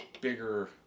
bigger